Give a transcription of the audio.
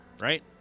right